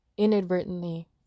Inadvertently